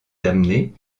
damnée